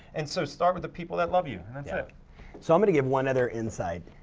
and so, start with the people that love you and that's yeah it. so i'm gonna give one other insight.